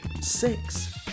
six